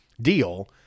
deal